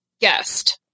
guest